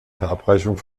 verabreichung